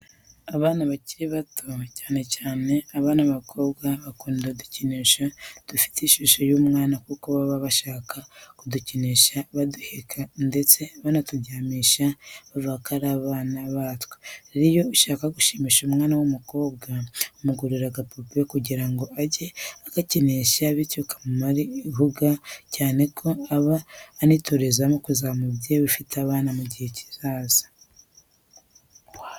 Abana bakiri bato cyane cyane, abana b'abakobwa bakunda udukinisho dufite ishusho y'umwana kuko baba bashaka kudukinisha baduheka ndetse bakanaturyamisha bavuga ko ari abana batwo. Rero iyo ushaka gushimisha umwana w'umukobwa umugurira agapupe kugira ngo ajye agakinisha bityo kamumare ihuga cyane ko aba anitorezamo kuzaba umubyeyi ufite abana mu gihe kizaza.